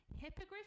hippogriff